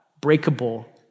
breakable